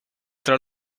tra